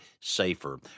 safer